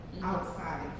outside